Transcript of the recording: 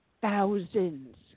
thousands